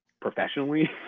professionally